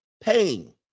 pain